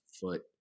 foot